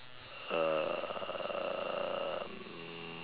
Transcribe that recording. um